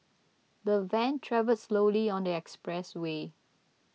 the van travelled slowly on the expressway